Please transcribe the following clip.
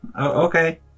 Okay